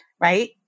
right